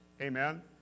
Amen